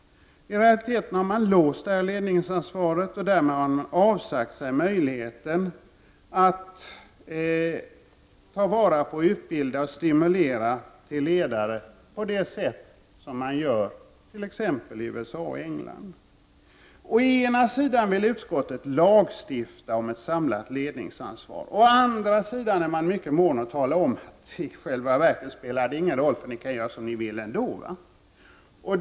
I realiteten har man låst ledningsansvaret, och därmed har man avsagt sig möjligheten att ta vara på, utbilda och stimulera personer till att bli ledare på det sätt som man gör it.ex. USA och England. Å ena sidan vill utskottet lagstifta om ett samlat ledningsansvar, och å andra sidan är man mycket mån om att tala om att det i själva verket inte spelar någon roll eftersom man ändå kan göra som man vill.